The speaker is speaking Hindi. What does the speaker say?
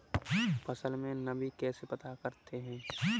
फसल में नमी कैसे पता करते हैं?